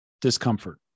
discomfort